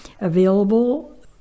available